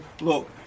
Look